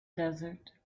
desert